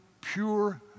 pure